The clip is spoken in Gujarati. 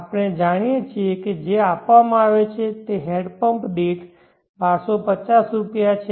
આપણે જાણીએ છીએ કે જે આપવામાં આવે છે તે હેન્ડપંપ દીઠ 1250 રૂપિયા છે